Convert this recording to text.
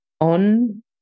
on